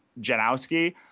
Janowski